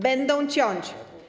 Będą ciąć.